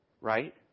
Right